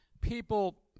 people